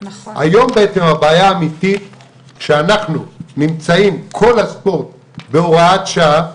היום בעצם הבעיה האמיתית שאנחנו נמצאים כל הספורט בהוראת שעה,